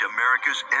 America's